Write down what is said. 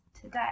today